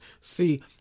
See